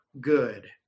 good